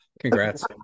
Congrats